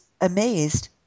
amazed